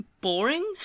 boring